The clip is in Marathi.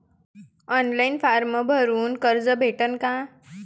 ऑनलाईन फारम भरून कर्ज भेटन का?